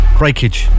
breakage